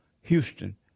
Houston